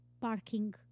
parking